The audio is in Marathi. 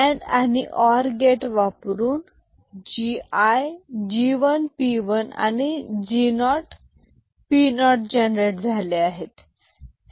अँड आणि ओर गेट वापरून G 1 P 1 आणि G 0 P 0 जनरेट झाले आहेत